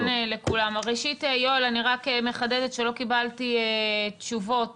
ראשית, יואל, אני רק מחדדת שלא קיבלתי תשובות